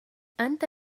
أنت